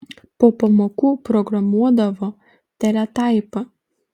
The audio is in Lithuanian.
po pamokų programuodavo teletaipą